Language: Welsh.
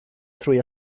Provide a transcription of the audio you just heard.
trwy